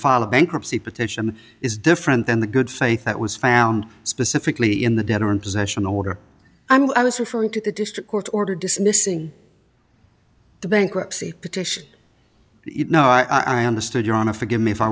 a bankruptcy petition is different than the good faith that was found specifically in the debtor in possession order i'm referring to the district court order dismissing the bankruptcy petition you know i understand you're on a forgive me if i